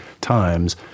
times